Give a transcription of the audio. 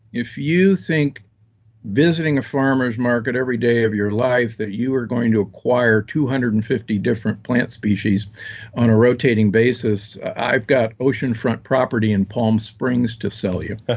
if you think visiting a farmer's market every day of your life that you are going to require two hundred and fifty different plant species on a rotating rotating basis, i've got oceanfront property in palm springs to sell you. ah